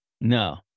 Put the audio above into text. no